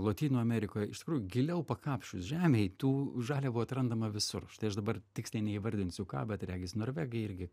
lotynų amerikoje iš tikrųjų giliau pakapsčius žemėj tų žaliavų atrandama visur štai aš dabar tiksliai neįvardinsiu ką bet regis norvegai irgi